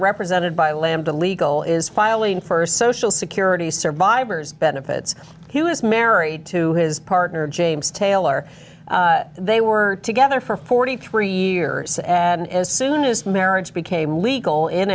represented by lambda legal is filing for social security survivor's benefits he was married to his partner james taylor they were together for forty three years and as soon as marriage became legal in